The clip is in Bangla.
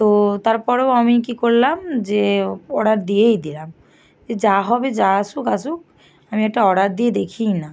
তো তারপরেও আমি কি করলাম যে অর্ডার দিয়েই দিলাম যে যা হবে যা আসুক আসুক আমি একটা অর্ডার দিয়ে দেখিই না